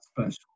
special